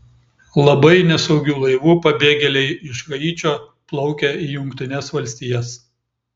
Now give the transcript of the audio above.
labai nesaugiu laivu pabėgėliai iš haičio plaukia į jungtines valstijas